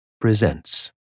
presents